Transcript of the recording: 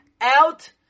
out